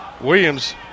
Williams